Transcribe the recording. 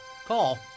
call